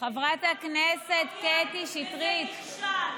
רפורמה במתמטיקה, בביולוגיה וזה נכשל.